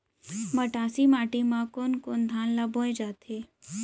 मटासी माटी मा कोन कोन धान ला बोये जाथे?